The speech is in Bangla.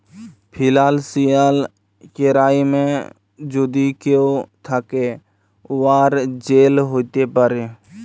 ফিলালসিয়াল কেরাইমে যদি কেউ থ্যাকে, উয়ার জেল হ্যতে পারে